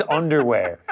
underwear